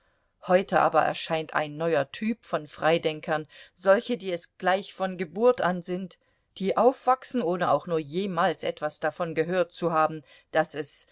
heute aber erscheint ein neuer typ von freidenkern solche die es gleich von geburt an sind die aufwachsen ohne auch nur jemals etwas davon gehört zu haben daß es